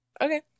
Okay